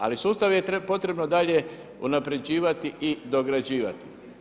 Ali, sustav je potrebno dalje unaprjeđivati i dograđivati.